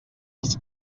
els